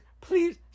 please